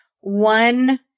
one